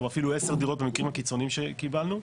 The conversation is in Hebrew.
אפילו עשר דירות במקרים הקיצוניים שקיבלו,